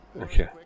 Okay